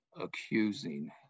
accusing